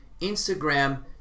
Instagram